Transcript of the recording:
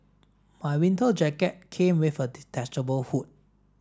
my winter jacket came with a detachable hood